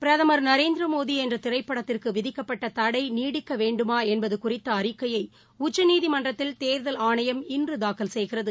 பிரதமர் ந ரேந்திர மோடி என்ற திரைப்படத்திற்கு விதிக்கப்பட்ட தடை நீடிக்கவேண்டுமா என்பது குறித்த அறிக்கையை உச்சநீதிமன்றத்தில் தேர்தல் ஆணையம் இன்று தாக்கல் செய்கிறது